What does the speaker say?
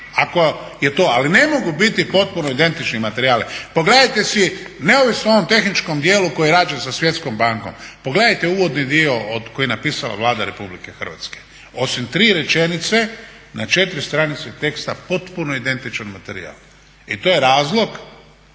ali ne mogu biti potpuno identični materijali. Pogledajte si neovisno o ovom tehničkom dijelu koji je rađen sa Svjetskom bankom pogledajte uvodni dio koji je napisala Vlada Republike Hrvatske, osim tri rečenice na četiri stranice teksta potpuno identičan materijal. I to je razlog